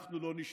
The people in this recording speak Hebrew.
אנחנו לא נשתוק.